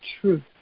truth